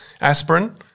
aspirin